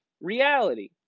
reality